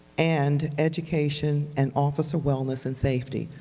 and education and officer wellness and safety.